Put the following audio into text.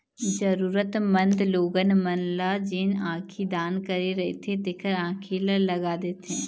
जरुरतमंद लोगन मन ल जेन आँखी दान करे रहिथे तेखर आंखी ल लगा देथे